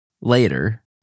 Later